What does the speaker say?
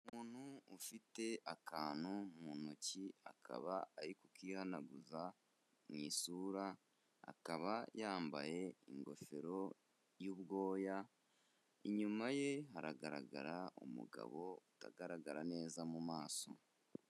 Umuntu ufite akantu mu ntoki akaba arikihanaguza mu isura, akaba yambaye ingofero y'ubwoya, inyuma ye haragaragara umugabo utagaragara neza mu maso.